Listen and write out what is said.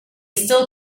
still